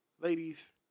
ladies